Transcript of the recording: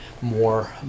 more